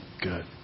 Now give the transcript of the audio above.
Good